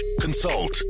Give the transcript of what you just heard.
consult